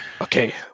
okay